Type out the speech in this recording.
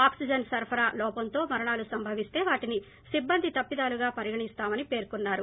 oxygen సరఫరా లోపంతో మరణాలు సంభవిస్త వాటిని సిబ్బంది తప్పిదాలుగా పరిగణిస్తామని పేర్కొన్నారు